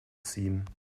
ziehen